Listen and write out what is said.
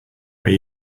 way